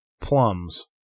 plums